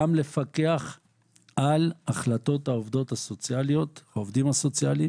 גם לפקח על החלטות העובדות הסוציאליות או העובדים הסוציאליים